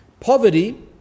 Poverty